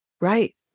Right